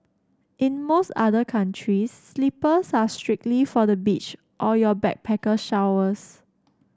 in most other countries slippers are strictly for the beach or your backpacker showers